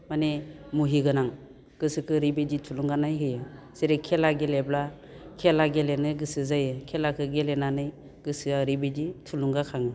माने मुहि गोनां गोसो गोरोब बिदि थुलुंगानाय होयो जेरै खेला गेलेब्ला खेला गेलेनो गोसो जायो खेलाखो गेलेनानै गोसोआ ओरैबायदि थुलुंगा खाङो